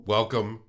Welcome